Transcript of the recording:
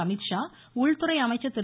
அமீத்ஷா உள்துறை அமைச்சர் திரு